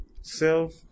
self